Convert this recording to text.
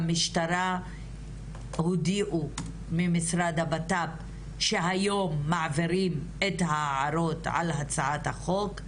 המשטרה הודיעו ממשרד הבט"פ שהיום מעבירים את ההערות על הצעת החוק.